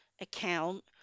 account